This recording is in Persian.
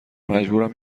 مجبورم